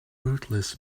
rootless